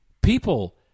People